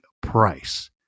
price